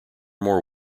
more